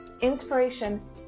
inspiration